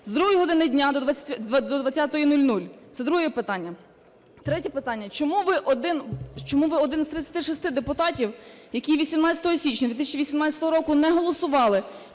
години дня до 20:00? Це друге питання. Третє питання. Чому ви - один з 36 депутатів, який 18 січня 2018 року не голосували